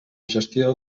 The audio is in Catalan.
gestió